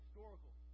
Historical